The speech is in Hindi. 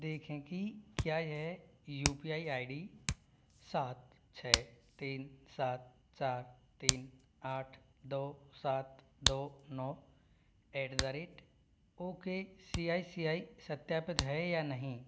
देखें कि क्या यह U P I I D सात छः तीन सात चार तीन आठ दो सात दो नौ at the rate okay C I C I सत्यापित है या नहीं